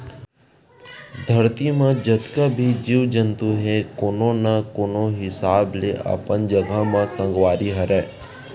धरती म जतका भी जीव जंतु हे कोनो न कोनो हिसाब ले अपन जघा म संगवारी हरय